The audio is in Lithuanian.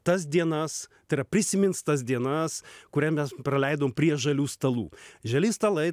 tas dienas tai yra prisimins tas dienas kurią mes praleidom prie žalių stalų žali stalai